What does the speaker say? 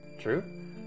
True